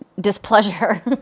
displeasure